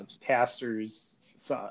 pastors